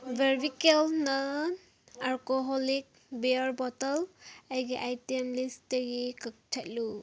Barbican non alcoholic beer bottle ꯑꯩꯒꯤ item ꯂꯤꯁꯇꯒꯤ ꯀꯛꯊꯠꯂꯨ